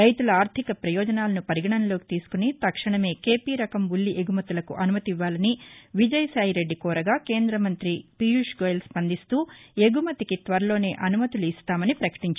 రైతుల ఆర్థిక పరుదోజనాలను పరిగణనలోకి తీసుకుని తక్షణమే కేపీ రకం ఉల్లి ఎగుమతులకు అనుమతివ్వాలని విజయసాయి రెడ్డి కోరగా కేంద్ర మంతి గోయెల్ స్పందిస్తూ ఎగుమతికి త్వరలోనే అనుమతులు ఇస్తామని పకటించారు